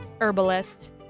herbalist